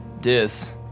dis